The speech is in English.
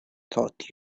taught